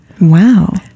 Wow